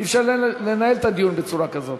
אי-אפשר לנהל את הדיון בצורה כזאת.